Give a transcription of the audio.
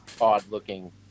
odd-looking